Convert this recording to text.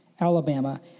Alabama